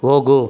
ಹೋಗೂ